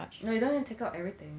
no you don't have to take out everything